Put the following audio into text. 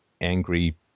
angry